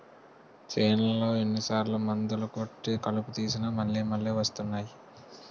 చేన్లో ఎన్ని సార్లు మందులు కొట్టి కలుపు తీసినా మళ్ళి మళ్ళి వస్తున్నాయి